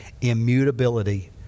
Immutability